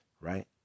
right